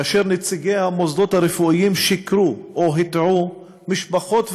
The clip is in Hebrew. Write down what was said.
כאשר נציגי המוסדות הרפואיים שיקרו או הטעו משפחות,